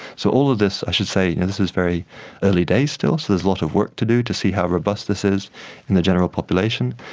so all of this, i should say this is very early days still, so there's a lot of work to do to see how robust this is in the general population,